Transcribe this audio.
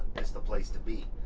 it's the place to be.